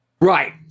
Right